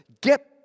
Get